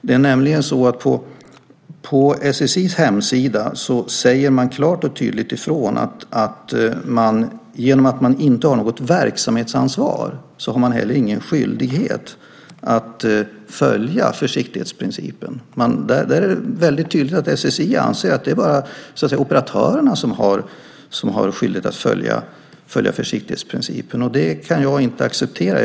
Det är nämligen så här: På SSI:s hemsida säger man klart och tydligt ifrån att genom att man inte har något verksamhetsansvar så har man heller ingen skyldighet att följa försiktighetsprincipen. Det är väldigt tydligt att SSI anser att det bara är operatörerna som har skyldighet att följa försiktighetsprincipen. Det kan jag inte acceptera.